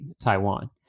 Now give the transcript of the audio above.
Taiwan